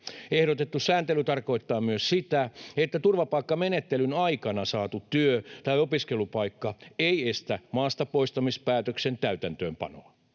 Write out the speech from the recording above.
Ehdotettu sääntely tarkoittaa myös sitä, että turvapaikkamenettelyn aikana saatu työ- tai opiskelupaikka ei estä maastapoistamispäätöksen täytäntöönpanoa.